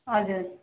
हजुर